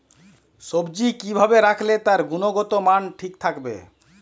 সবজি কি ভাবে রাখলে তার গুনগতমান ঠিক থাকবে?